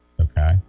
Okay